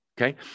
okay